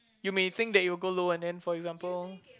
you may think that you go low and then for example